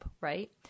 right